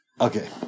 Okay